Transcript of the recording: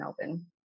Melbourne